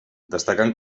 destacant